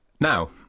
Now